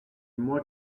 moi